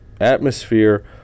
atmosphere